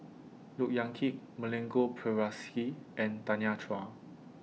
Look Yan Kit Milenko Prvacki and Tanya Chua